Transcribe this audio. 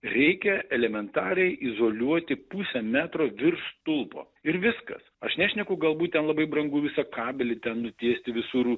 reikia elementariai izoliuoti pusę metro virš stulpo ir viskas aš nešneku galbūt ten labai brangu visą kabelį ten nutiesti visur